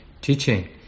teaching